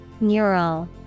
Neural